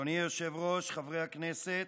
אדוני היושב-ראש, חברי הכנסת,